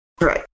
Right